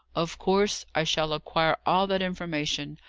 of course, i shall acquire all that information.